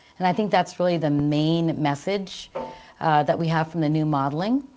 and i think that's really the main message that we have from the new modeling.